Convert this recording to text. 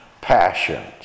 passions